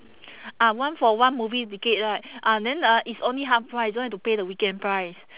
ah one for one movie ticket right ah then uh it's only half price don't have to pay the weekend price